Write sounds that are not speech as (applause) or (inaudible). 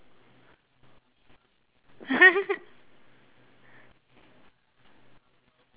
(laughs)